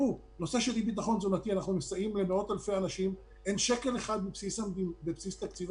אנחנו שומעים סקטור אחרי סקטור אחרי סקטור.